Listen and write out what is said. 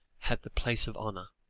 had the place of honour,